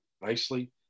nicely